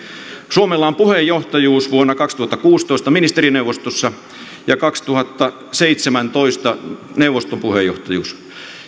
suomella on puheenjohtajuus vuonna kaksituhattakuusitoista ministerineuvostossa ja kaksituhattaseitsemäntoista neuvoston puheenjohtajuus